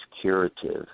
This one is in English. curative